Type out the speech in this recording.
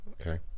Okay